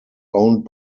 owned